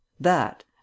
That